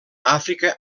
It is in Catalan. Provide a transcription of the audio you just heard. àfrica